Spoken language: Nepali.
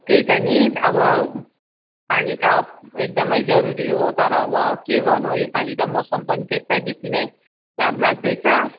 त्यही त नि अब पानी त एकदमै जरूरी हो तर अब के गर्नु योपाली त मौसम पनि त्यस्तै बेसी नै घाम लाग्दैछ